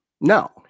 no